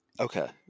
okay